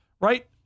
right